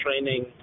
training